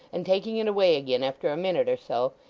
and taking it away again after a minute or so,